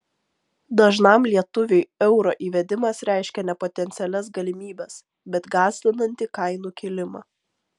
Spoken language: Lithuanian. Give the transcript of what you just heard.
dažnam lietuviui euro įvedimas reiškia ne potencialias galimybes bet gąsdinantį kainų kilimą